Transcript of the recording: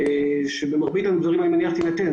אני מניח שבמרבית המקרים ההסכמה הזאת תינתן.